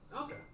Okay